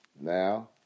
Now